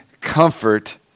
comfort